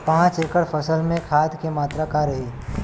पाँच एकड़ फसल में खाद के मात्रा का रही?